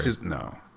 No